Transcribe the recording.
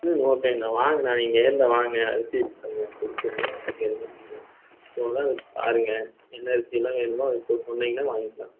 ஓகேண்ணா வாங்கண்ணா நீங்கள் நேரில் வாங்க அரிசியை பாருங்கள் பிடிச்சிருந்ததுன்னா பாருங்கள் என்ன அரிசி எல்லாம் வேணுமோ அதை சொன்னீங்கன்னா வாங்கிக்கலாம்